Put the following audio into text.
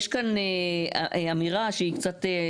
יש כאן אמירה שהיא קצת,